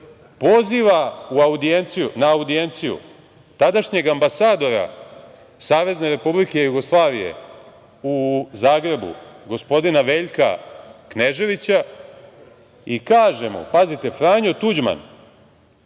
poziva na audijenciju tadašnjeg ambasadora Savezne Republike Jugoslavije u Zagrebu, gospodina Veljka Kneževića i kaže mu, pazite Franjo Tuđman,